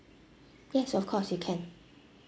yes of course you can